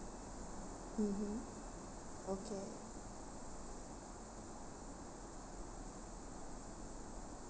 mmhmm okay